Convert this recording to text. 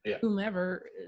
Whomever